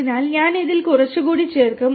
അതിനാൽ ഞാൻ ഇതിൽ കുറച്ചുകൂടി ചേർക്കും